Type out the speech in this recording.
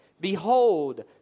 Behold